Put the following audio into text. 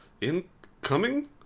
incoming